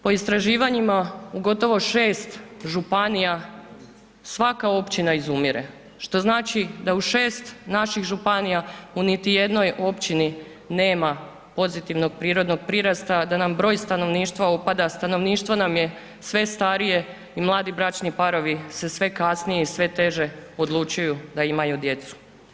Po istraživanjima u gotovo 6 županija svaka općina izumire, što znači da u 6 naših županija u niti jednoj općini nema pozitivnog prirodnog prirasta, da nam broj stanovništva opada, stanovništvo nam je sve starije i mladi bračni parovi se sve kasnije i sve teže odlučuju da imaju djecu.